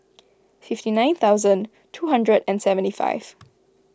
fifty nine thousand two hundred and seventy five